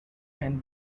can